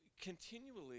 continually